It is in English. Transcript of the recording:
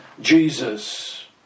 Jesus